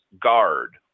guard